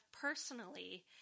personally